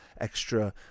extra